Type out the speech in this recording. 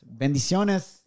bendiciones